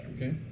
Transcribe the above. Okay